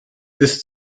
ist